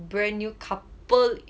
brand new couple